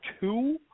two